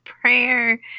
prayer